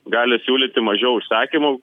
gali siūlyti mažiau užsakymų